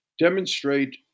demonstrate